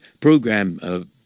program